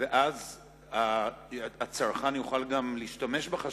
ואז גם הצרכן יוכל להשתמש בחשמל.